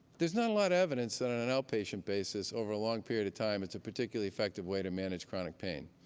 there's not a lot of evidence that on an outpatient basis, over a long period of time, it's a particularly effective way to manage chronic pain.